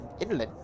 inland